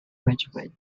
wedgwood